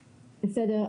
בסדר.